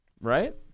Right